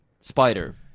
spider